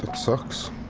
sucks.